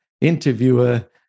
interviewer